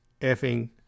effing